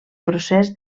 procés